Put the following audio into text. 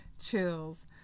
chills